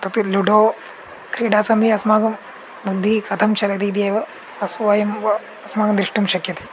तत् लुडोक्रीडासमये अस्माकं बुद्धिः कथं चलति इत्येव वयम् अस्माकं द्रष्टुं शक्यते